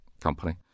company